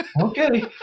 okay